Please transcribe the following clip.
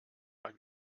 mal